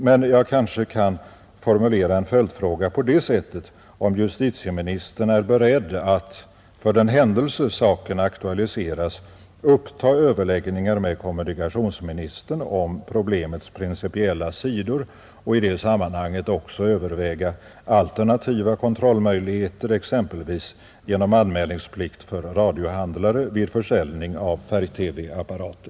Men jag kanske kan formulera en följdfråga så här: Är justitieministern beredd att, för den händelse saken aktualiseras, uppta överläggningar med kommunikationsministern om problemets principiella sidor och i det sammanhanget också överväga alternativa kontrollmöjligheter, exempelvis genom anmälningsplikt för radiohandlare vid försäljning av färg-TV-apparater?